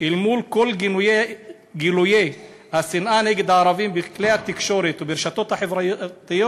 אל מול כל גילויי השנאה נגד הערבים בכלי התקשורת וברשתות החברתיות